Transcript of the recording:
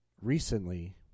Recently